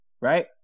right